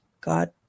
God